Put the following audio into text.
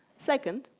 second,